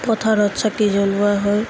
পথাৰত চাকি জ্বলোৱা হয়